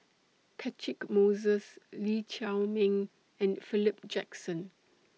Catchick Moses Lee Chiaw Meng and Philip Jackson